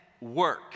work